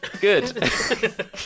Good